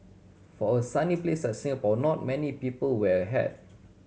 for a sunny place like Singapore not many people wear a hat